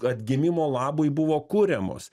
atgimimo labui buvo kuriamos